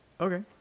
okay